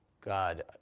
God